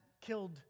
killed